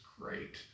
great